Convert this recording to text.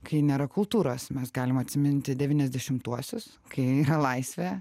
kai nėra kultūros mes galim atsiminti devyniasdešimtuosius kai laisvė